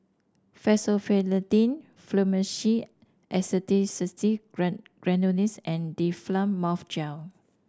Fexofenadine Fluimucil Acetylcysteine Granules and Difflam Mouth Gel